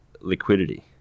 liquidity